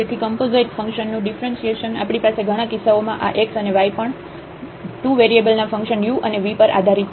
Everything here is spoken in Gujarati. તેથી કમ્પોઝાઈટ ફંક્શન નું ડિફ્રન્સિએશન આપણી પાસે ઘણા કિસ્સાઓમાં આ x અને y પણ 2 વેરીએબલ ના ફંક્શન u અને v પર આધારિત છે